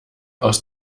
aus